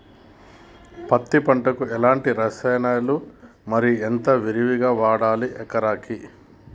పత్తి పంటకు ఎలాంటి రసాయనాలు మరి ఎంత విరివిగా వాడాలి ఎకరాకి?